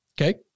okay